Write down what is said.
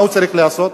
מה הוא צריך לעשות?